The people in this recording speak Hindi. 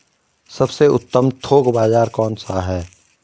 सबसे उत्तम थोक बाज़ार कौन सा है?